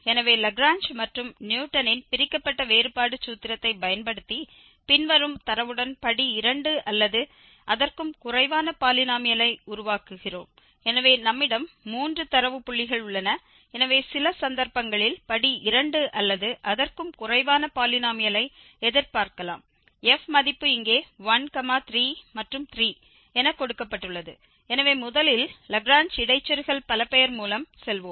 எனவே லாக்ரேஞ்ச் மற்றும் நியூட்டனின் பிரிக்கப்பட்ட வேறுபாடு சூத்திரத்தைப் பயன்படுத்தி பின்வரும் தரவுடன் படி 2 அல்லது அதற்கும் குறைவான பாலினோமியலை உருவாக்குகிறோம் எனவே நம்மிடம் மூன்று தரவு புள்ளிகள் உள்ளன எனவே சில சந்தர்ப்பங்களில் படி 2 அல்லது அதற்கும் குறைவான பாலினோமியலை எதிர்பார்க்கலாம் f மதிப்பு இங்கே 1 3 மற்றும் 3 என கொடுக்கப்பட்டுள்ளது எனவே முதலில் லாக்ரேஞ்ச் இடைச்செருகல் பலபெயர்மூலம் செல்வோம்